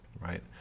right